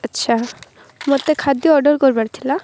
ଆଚ୍ଛା ମୋତେ ଖାଦ୍ୟ ଅର୍ଡ଼ର୍ କରିବାରଥିଲା